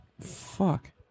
Fuck